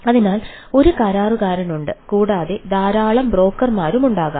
അതിനാൽ ഒരു കരാറുകാരനുണ്ട് കൂടാതെ ധാരാളം ബ്രോക്കർമാരുമുണ്ടാകാം